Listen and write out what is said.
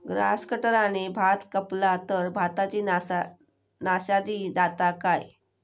Grass कटराने भात कपला तर भाताची नाशादी जाता काय?